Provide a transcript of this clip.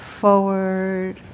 forward